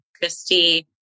Christy